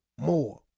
more